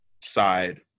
side